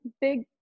big